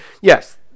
yes